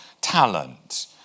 talent